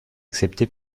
accepté